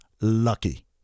lucky